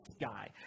guy